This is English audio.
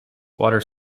water